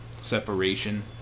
separation